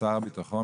ששר הביטחון,